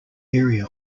area